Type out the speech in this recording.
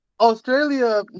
Australia